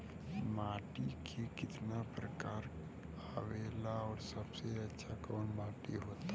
माटी के कितना प्रकार आवेला और सबसे अच्छा कवन माटी होता?